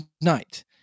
night